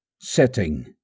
Setting